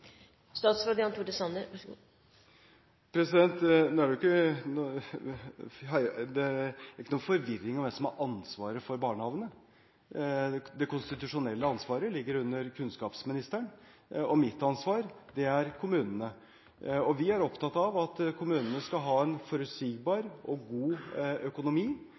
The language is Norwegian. Det er ingen forvirring om hvem som har ansvaret for barnehagene. Det konstitusjonelle ansvaret ligger under kunnskapsministeren, og mitt ansvar er kommunene. Vi er opptatt av at kommunene skal ha en forutsigbar og god økonomi,